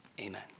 amen